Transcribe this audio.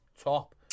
top